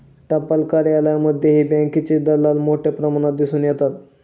टपाल कार्यालयांमध्येही बँकेचे दलाल मोठ्या प्रमाणात दिसून येतात